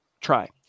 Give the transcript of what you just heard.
try